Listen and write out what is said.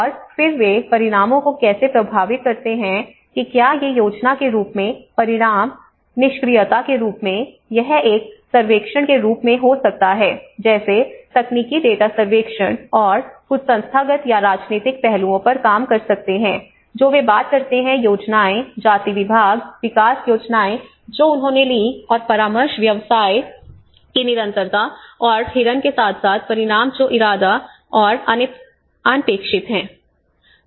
और फिर वे परिणामों को कैसे प्रभावित करते हैं कि क्या ये योजना के रूप में परिणाम निष्क्रियता के रूप में यह एक सर्वेक्षण के रूप में हो सकता है जैसे तकनीकी डेटा सर्वेक्षण और कुछ संस्थागत या राजनीतिक पहलुओं पर काम कर सकते हैं जो वे बात करते हैं योजनाएं जातिविभाग विकास योजनाएं जो उन्होंने लीं और परामर्श व्यवसाय की निरंतरता और हिरन के साथ साथ परिणाम जो इरादा और अनपेक्षित हैं